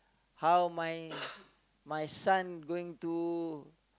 how my my son going to